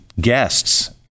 guests